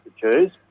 choose